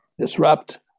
disrupt